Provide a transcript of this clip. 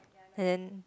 and then